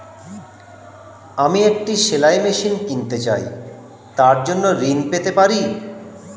আমি একটি সেলাই মেশিন কিনতে চাই তার জন্য ঋণ পেতে পারি?